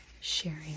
Sharing